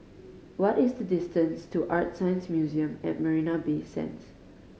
what is the distance to ArtScience Museum at Marina Bay Sands